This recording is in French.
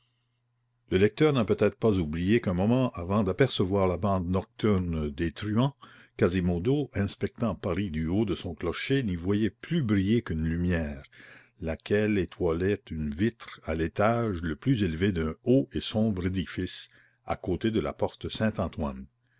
le lecteur n'a peut-être pas oublié qu'un moment avant d'apercevoir la bande nocturne des truands quasimodo inspectant paris du haut de son clocher n'y voyait plus briller qu'une lumière laquelle étoilait une vitre à l'étage le plus élevé d'un haut et sombre édifice à côté de la porte saint-antoine